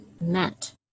meant